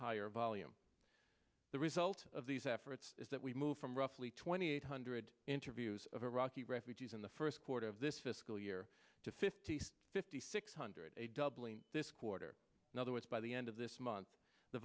higher volume the result of these efforts is that we move from roughly twenty eight hundred interviews of iraqi refugees in the first quarter of this fiscal year to fifty six fifty six hundred a doubling this quarter in other words by the end of this month the